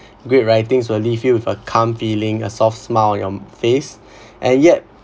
great writings will leave you with a calm feeling a soft smile on your face and yet